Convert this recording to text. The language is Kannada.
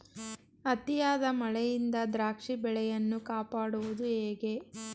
ಅತಿಯಾದ ಮಳೆಯಿಂದ ದ್ರಾಕ್ಷಿ ಬೆಳೆಯನ್ನು ಕಾಪಾಡುವುದು ಹೇಗೆ?